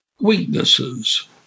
weaknesses